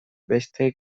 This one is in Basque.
beste